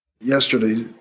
Yesterday